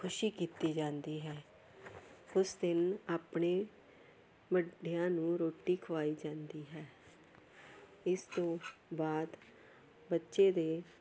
ਖੁਸ਼ੀ ਕੀਤੀ ਜਾਂਦੀ ਹੈ ਉਸ ਦਿਨ ਆਪਣੇ ਵੱਡਿਆਂ ਨੂੰ ਰੋਟੀ ਖਵਾਈ ਜਾਂਦੀ ਹੈ ਇਸ ਤੋਂ ਬਾਅਦ ਬੱਚੇ ਦੇ